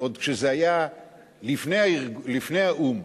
עוד כשזה היה לפני האו"ם,